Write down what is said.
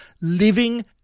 Living